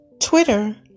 Twitter